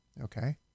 okay